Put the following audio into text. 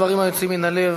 דברים היוצאים מן הלב.